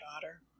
daughter